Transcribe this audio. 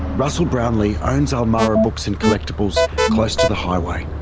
russell brownlee owns ulmarra books and collectibles close to the highway.